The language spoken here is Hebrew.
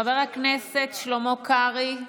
חבר הכנסת שלמה קרעי,